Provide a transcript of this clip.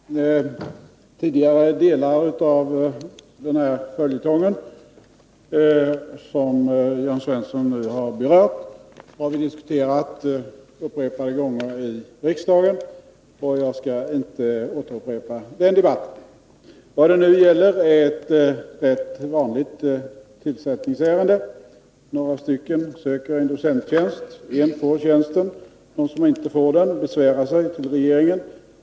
Herr talman! Tidigare delar av den följetong som Jörn Svensson nu har berört har vi diskuterat åtskilliga gånger i riksdagen. Jag skall inte upprepa det. Vad det nu gäller är ett rätt vanligt tillsättningsärende. Några stycken söker en docenttjänst. En får tjänsten. De som inte får den besvärar sig hos regeringen.